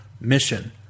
Mission